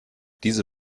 diese